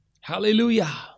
Hallelujah